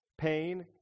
pain